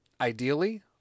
Ideally